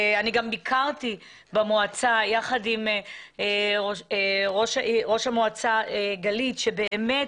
אני גם ביקרתי במועצה יחד עם ראש המועצה גלית שבאמת